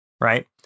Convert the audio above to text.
right